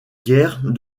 guerre